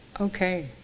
Okay